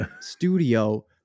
studio